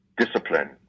discipline